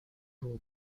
было